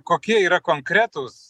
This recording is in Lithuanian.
kokie yra konkretūs